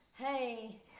hey